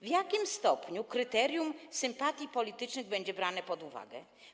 W jakim stopniu kryterium sympatii politycznych będzie brane pod uwagę?